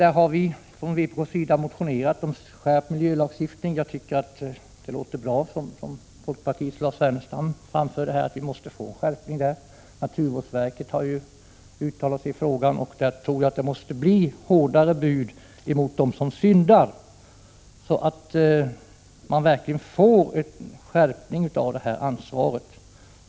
Vi har från vpk motionerat om en skärpt miljölagstiftning. Också Lars Ernestam talade om att det behövs en skärpning. Naturvårdsverket har uttalat sig i frågan. Det måste bli hårdare tag mot dem som syndar, så att man verkligen får en skärpning av ansvaret.